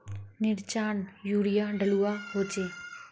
मिर्चान यूरिया डलुआ होचे?